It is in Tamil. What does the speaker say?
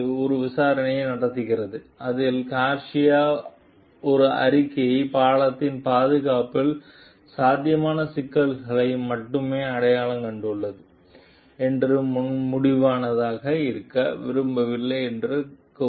அரசு ஒரு விசாரணையை நடத்துகிறது அதில் கார்சியா ஒரு அறிக்கை பாலத்தின் பாதுகாப்பில் சாத்தியமான சிக்கல்களை மட்டுமே அடையாளம் கண்டுள்ளது என்றும் முடிவானதாக இருக்க விரும்பவில்லை என்றும் கூறுகிறது